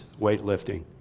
weightlifting